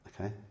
Okay